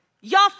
y'all